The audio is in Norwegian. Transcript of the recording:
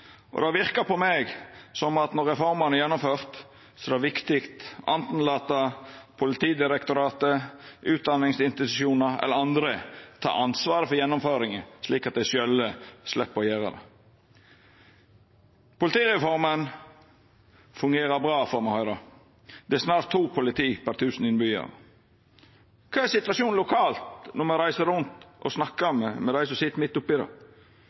Det verkar på meg som at når reformene er gjennomførte, er det viktig å lata anten Politidirektoratet, utdanningsinstitusjonar eller andre ta ansvaret for gjennomføringa, slik at dei sjølve slepp å gjera det. Politireforma fungerer bra, får me høyra. Det er snart to polititenestemenn per tusen innbyggjarar. Kva er situasjonen lokalt når me reiser rundt og snakkar med dei som sit midt oppe i det?